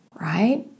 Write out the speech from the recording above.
right